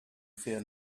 fear